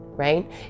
right